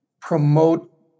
promote